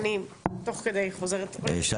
אבל אם אדם כבר מגיע לחניון --- גם